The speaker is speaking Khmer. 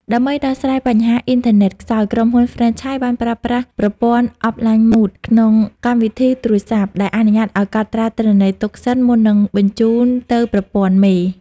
ដើម្បីដោះស្រាយបញ្ហា "អ៊ីនធឺណិតខ្សោយ" ក្រុមហ៊ុនហ្វ្រេនឆាយបានប្រើប្រាស់ប្រព័ន្ធ Offline Mode ក្នុងកម្មវិធីទូរស័ព្ទ ដែលអនុញ្ញាតឱ្យកត់ត្រាទិន្នន័យទុកសិនមុននឹងបញ្ជូនទៅប្រព័ន្ធមេ។